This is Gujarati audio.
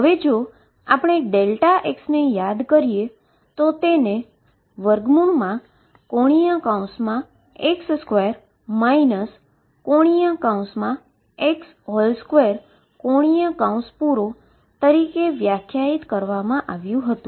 હવે જો આપણે x ને યાદ કરીએ તો તેને ⟨x2 ⟨x⟩2⟩ તરીકે વ્યાખ્યાયિત કરવામાં આવ્યુ હતુ